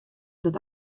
dat